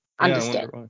Understand